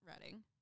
Reading